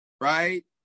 right